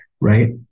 right